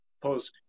post